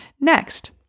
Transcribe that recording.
Next